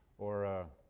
or